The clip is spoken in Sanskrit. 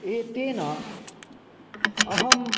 एतेन अहं